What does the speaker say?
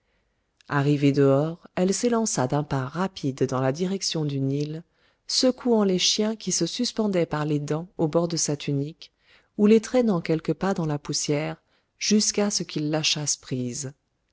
arrivée dehors elle s'élança d'un pas rapide dans la direction du nil secouant les chiens qui se suspendaient par les dents aux bords de sa tunique ou les traînant quelques pas dans la poussière jusqu'à ce qu'ils lâchassent prise